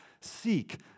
seek